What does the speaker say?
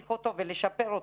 להאריך אותו ולשפר אותו.